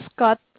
Scott